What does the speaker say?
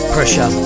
Pressure